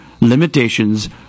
limitations